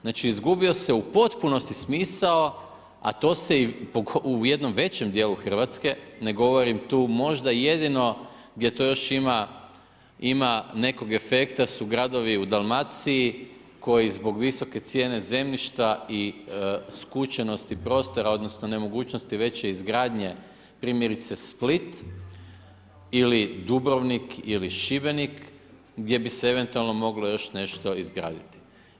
Znači izgubio se u potpunosti smisao a to se i u jednom većem dijelu Hrvatske, ne govorim tu možda jedino gdje to još ima nekog efekta su gradovi u Dalmaciji koji zbog visoke cijene zemljišta i skučenosti prostora odnosno nemogućnosti veće izgradnje primjerice Split ili Dubrovnik ili Šibenik gdje bi se eventualno moglo još nešto izgraditi.